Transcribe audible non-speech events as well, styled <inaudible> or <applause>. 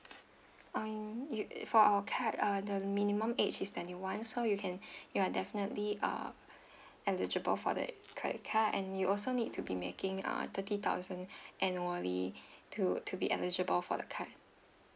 um you err for our card uh the minimum age is twenty one so you can <breath> you are definitely uh eligible for the credit card and you also need to be making uh thirty thousand annually to to be eligible for the card